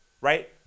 right